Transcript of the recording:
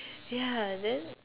ya then